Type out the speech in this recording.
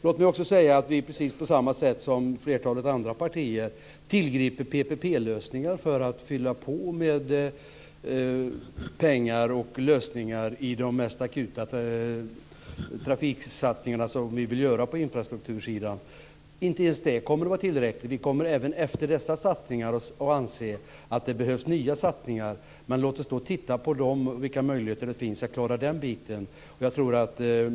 Låt mig också säga att vi på precis samma sätt som flertalet andra partier tillgriper PPP-lösningar för att fylla på med pengar i de mest akuta trafiksatsningar vi vill göra på infrastruktursidan. Inte ens det kommer att vara tillräckligt. Vi kommer även efter dessa satsningar att anse att det behövs nya satsningar. Men låt oss då titta närmare på vilka möjligheter det finns att klara den biten.